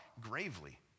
gravely